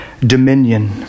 dominion